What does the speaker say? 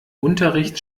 unterricht